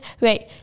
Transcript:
Wait